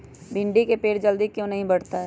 भिंडी का पेड़ जल्दी क्यों नहीं बढ़ता हैं?